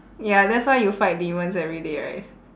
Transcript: ya that's why you fight demons every day right